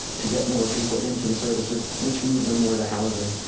to get more people into the services, which move them more to housing,